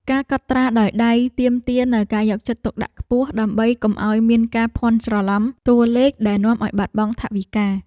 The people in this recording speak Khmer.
ការកត់ត្រាដោយដៃទាមទារនូវការយកចិត្តទុកដាក់ខ្ពស់ ដើម្បីកុំឱ្យមានការភាន់ច្រឡំតួលេខដែលនាំឱ្យបាត់បង់ថវិកា។